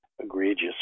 egregious